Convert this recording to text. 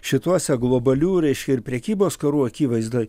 šituose globalių reiškia ir prekybos karų akivaizdoj